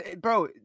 bro